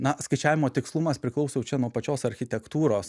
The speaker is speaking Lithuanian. na skaičiavimo tikslumas priklauso jau čia nuo pačios architektūros